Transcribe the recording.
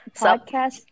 podcast